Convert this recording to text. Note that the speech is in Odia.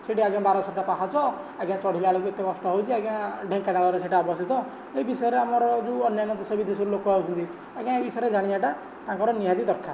ସେଠି ଆଜ୍ଞା ବାରଶହଟା ପାହାଚ ଆଜ୍ଞା ଚଢ଼ିବା ଲାଗି ଏତେ କଷ୍ଟ ହେଉଛି ଆଜ୍ଞା ଢେଙ୍କାନାଳରେ ସେଇଟା ଅବସ୍ଥିତ ଏ ବିଷୟରେ ଆମର ଯେଉଁ ଅନ୍ୟାନ୍ୟ ଦେଶବିଦେଶରୁ ଲୋକ ଆସୁଛନ୍ତି ଆଜ୍ଞା ଏଇ ବିଷୟରେ ଜାଣିବାଟା ତା'ଙ୍କର ନିହାତି ଦରକାର